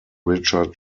richard